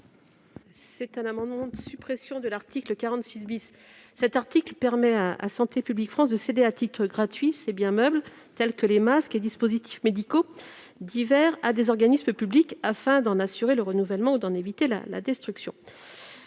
est à Mme la rapporteure. Cet article permet à Santé publique France de céder à titre gratuit ses biens meubles, tels que les masques et dispositifs médicaux divers, à des organismes publics, afin d'en assurer le renouvellement ou d'en éviter la destruction.